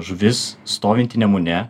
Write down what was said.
žuvis stovinti nemune